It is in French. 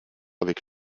avec